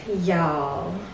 y'all